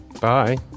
Bye